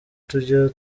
tujya